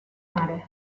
mare